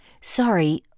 Sorry